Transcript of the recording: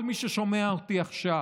כל מי ששומע אותי עכשיו,